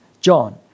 John